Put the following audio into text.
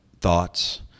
thoughts